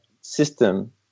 system